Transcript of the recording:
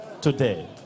today